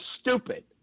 stupid